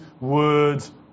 words